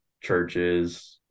churches